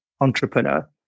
Entrepreneur